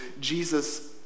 Jesus